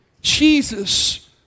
Jesus